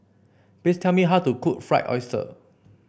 please tell me how to cook Fried Oyster